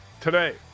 today